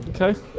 Okay